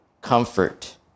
comfort